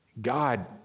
God